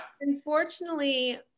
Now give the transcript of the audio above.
Unfortunately